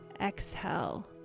Exhale